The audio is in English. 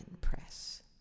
Press